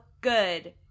good